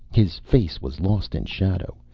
his face was lost in shadow.